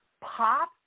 pop